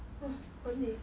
!wah! 还你